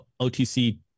otc